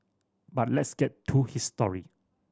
but let's get to his story